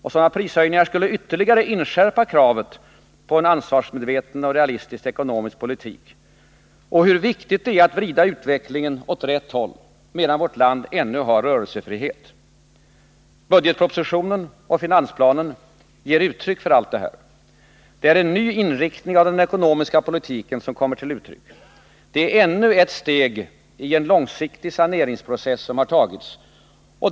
Och sådana prishöjningar skulle ytterligare inskärpa kravet på en ansvarsmedveten och realistisk ekonomisk politik och hur viktigt det är att vrida utvecklingen åt rätt håll medan vårt land ännu har rörelsefrihet. Budgetpropositionen och finansplanen ger uttryck för allt detta. Det är en ny inriktning av den ekonomiska politiken som kommer till uttryck. Det är ännu ett steg i en långsiktig saneringsprocess som har tagits.